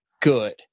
good